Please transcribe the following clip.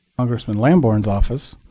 congressman lamborn's office